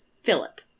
Philip